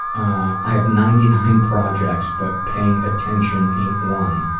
i have ninety nine projects but paying attention ain't one.